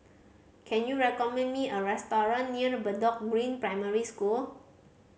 can you recommend me a restaurant near Bedok Green Primary School